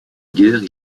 guerre